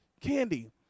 candy